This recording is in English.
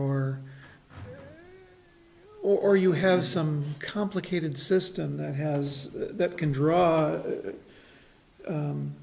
r or you have some complicated system that has that can draw